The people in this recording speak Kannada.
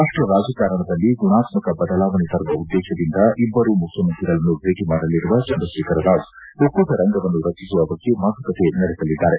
ರಾಷ್ಲ ರಾಜಕಾರಣದಲ್ಲಿ ಗುಣಾತ್ಕ ಬದಲಾವಣೆ ತರುವ ಉದ್ದೇಶದಿಂದ ಇಬ್ಲರು ಮುಖ್ಯಮಂತ್ರಿಗಳನ್ನು ಭೇಟ ಮಾಡಲಿರುವ ಚಂದ್ರಶೇಖರ್ ರಾವ್ ಒಕ್ಕೂಟ ರಂಗವನ್ನು ರಚಿಸುವ ಬಗ್ಗೆ ಮಾತುಕತೆ ನಡೆಸಲಿದ್ದಾರೆ